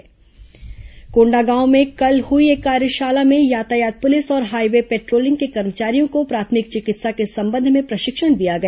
प्रशिक्षण शिविर कोंडागांव में कल हुई एक कार्यशाला में यातायात पुलिस और हाईवे पेट्रोलिंग के कर्मचारियों को प्राथमिक चिकित्सा के संबंध में प्रशिक्षण दिया गया